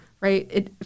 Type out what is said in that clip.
right